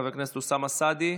חבר הכנסת אוסאמה סעדי.